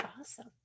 awesome